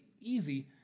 easy